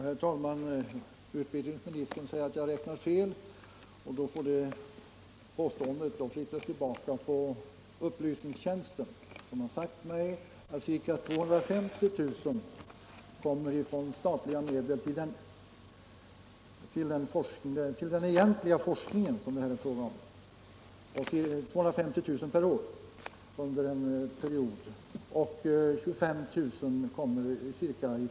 Herr talman! Utbildningsministern säger att jag räknar fel. Det påståendet får syfta tillbaka på upplysningstjänsten, som sagt mig att den egentliga forskning som det här är fråga om får ca 250 000 kr. per år Nr 30 av statliga medel och ca 25 000 kr.